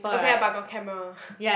okay lah but got camera